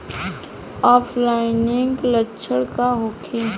ऑफलाइनके लक्षण का होखे?